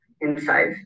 Inside